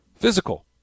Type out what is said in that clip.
Physical